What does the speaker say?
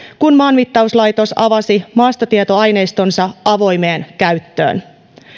kun maanmittauslaitos avasi maastotietoaineistonsa avoimeen käyttöön